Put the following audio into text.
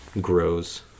grows